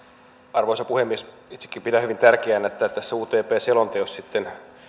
arvoisa puhemies itsekin pidän hyvin tärkeänä että tässä utp selonteossa sitten